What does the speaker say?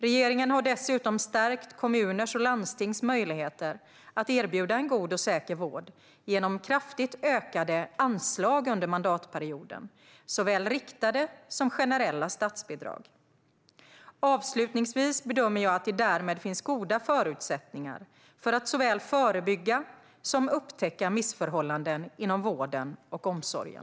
Regeringen har dessutom stärkt kommuners och landstings möjligheter att erbjuda god och säker vård genom kraftigt ökade anslag under mandatperioden med såväl riktade som generella statsbidrag. Avslutningsvis bedömer jag att det därmed finns goda förutsättningar för att såväl förebygga som upptäcka missförhållanden inom vården och omsorgen.